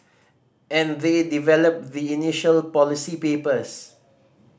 and they develop the initial policy papers